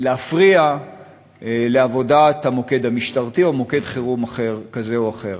להפריע לעבודת המוקד המשטרתי או למוקד חירום כזה או אחר.